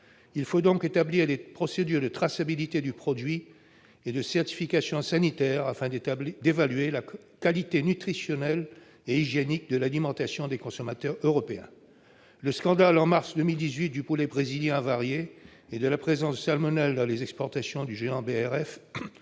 Il faut donc établir des procédures de traçabilité du produit et de certification sanitaire, afin d'évaluer la qualité nutritionnelle et hygiénique de l'alimentation des consommateurs européens. Le scandale, en mars 2018, du poulet brésilien avarié, mais aussi la présence de salmonelle dans les exportations du géant BRF